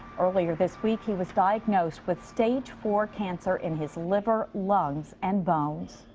earlier this week. he was diagnosed with stage four cancer in his liver, lungs, and bones.